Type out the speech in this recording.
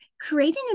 creating